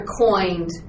coined